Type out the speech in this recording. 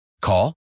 Call